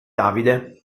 davide